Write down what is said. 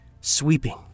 Sweeping